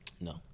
No